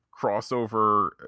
crossover